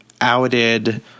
outed